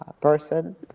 person